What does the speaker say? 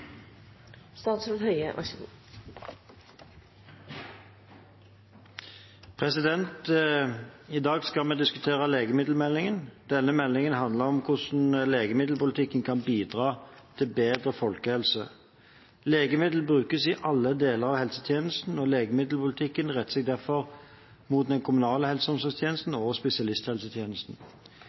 I dag diskuterer vi legemiddelmeldingen. Denne meldingen handler om hvordan legemiddelpolitikken kan bidra til bedre folkehelse. Legemidler brukes i alle deler av helsetjenesten, og legemiddelpolitikken retter seg derfor mot både den kommunale helse- og omsorgstjenesten og spesialisthelsetjenesten.